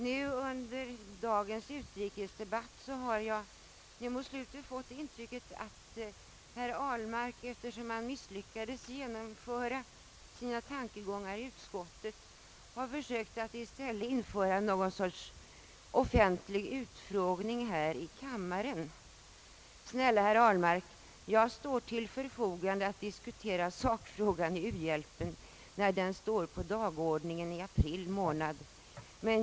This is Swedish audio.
Mot slutet av dagens utrikesdebatt har jag nu fått intrycket att herr Ahlmark efter sitt misslyckande i fråga om utskottsförhören försökt att i stället anordna något slags offentlig utfrågning här i kammaren. Snälla herr Ahlmark, jag står till förfogande att diskutera sakfrågan i uhjälpen, när den står på dagordningen i april månad.